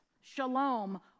shalom